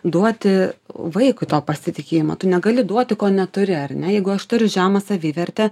duoti vaikui to pasitikėjimo tu negali duoti ko neturi ar ne jeigu aš turiu žemą savivertę